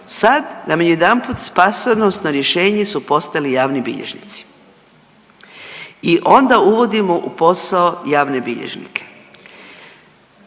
sad nam odjedanput spasonosno rješenje su postali javni bilježnici i onda uvodimo u posao javne bilježnike.